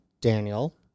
Daniel